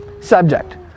Subject